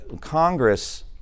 Congress